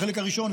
בחלק הראשון,